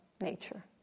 nature